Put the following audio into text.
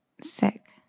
sick